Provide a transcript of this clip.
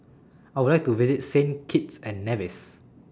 I Would like to visit Saint Kitts and Nevis